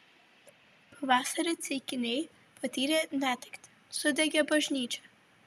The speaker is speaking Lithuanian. pavasarį ceikiniai patyrė netektį sudegė bažnyčia